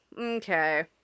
Okay